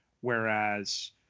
whereas